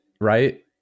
right